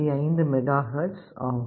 5 MHz ஆகும்